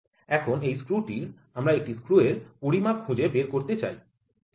এখন এই স্ক্রুটির আমরা একটি স্ক্রু এর পরিমাপ খুঁজে বের করতে চাই ঠিক আছে